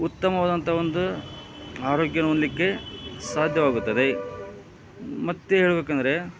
ಉತ್ತಮವಾದಂಥ ಒಂದು ಆರೋಗ್ಯ ಹೊಂದ್ಲಿಕ್ಕೆ ಸಾಧ್ಯವಾಗುತ್ತದೆ ಮತ್ತು ಹೇಳ್ಬೇಕಂದ್ರೆ